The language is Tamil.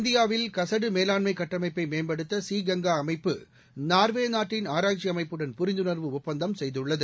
இந்தியாவில் கசடு மேலாண்மை கட்டமைப்பை மேம்படுத்த சி கங்கா அமைப்பு நா்வே நாட்டின் ஆராய்ச்சி அமைப்புடன் புரிந்துணா்வு ஒப்பந்தம் செய்துள்ளது